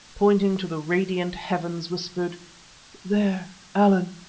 pointing to the radiant heavens, whispered there, allan,